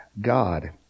God